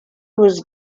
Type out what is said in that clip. was